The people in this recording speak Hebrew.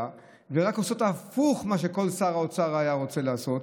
ורק עושות הפוך ממה שכל שר אוצר היה רוצה לעשות.